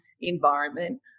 environment